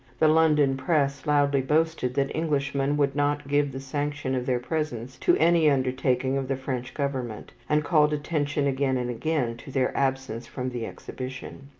the london press loudly boasted that englishmen would not give the sanction of their presence to any undertaking of the french government, and called attention again and again to their absence from the exhibition.